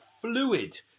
fluid